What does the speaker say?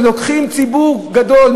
ולוקחים ציבור גדול,